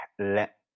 let